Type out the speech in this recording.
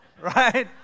right